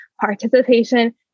participation